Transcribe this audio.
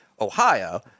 Ohio